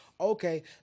Okay